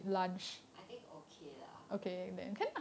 I think okay lah